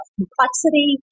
complexity